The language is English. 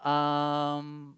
um